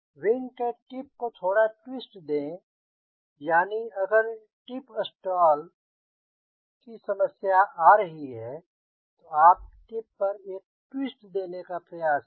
wing के tip को थोड़ा ट्विस्ट दें यानी अगर टिप स्टाल की समस्या आ रही है तब आप टिप पर एक ट्विस्ट देने का प्रयास करें